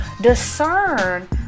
discern